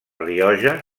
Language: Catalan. rioja